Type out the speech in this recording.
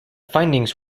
findings